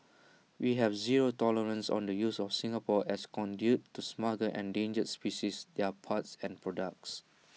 we have zero tolerance on the use of Singapore as conduit to smuggle endangered species their parts and products